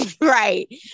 Right